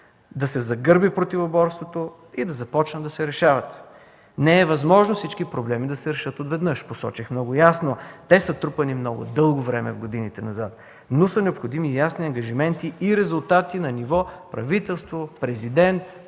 да се загърби противоборството и да започнат да се решават. Не е възможно всички проблеми да се решат отведнъж, посочих много ясно, те са трупани много дълго време в годините назад, но са необходими ясни ангажименти и резултати на ниво правителство, Президент,